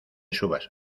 subas